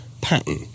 pattern